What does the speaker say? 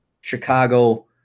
Chicago